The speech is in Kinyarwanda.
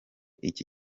iki